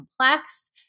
complex